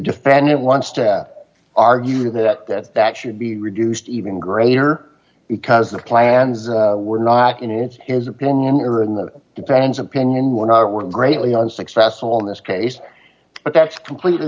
defendant wants to argue that that that should be reduced even greater because the plans were not in it his opinion or in the defense opinion were greatly unsuccessful in this case but that's completely